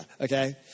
okay